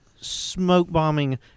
smoke-bombing